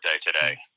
today